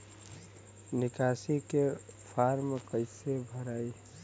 निकासी के फार्म कईसे भराई?